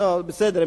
בסדר.